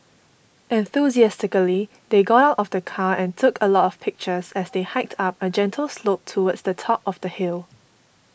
enthusiastically they got out of the car and took a lot of pictures as they hiked up a gentle slope towards the top of the hill